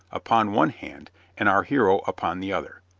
upon one hand and our hero upon the other.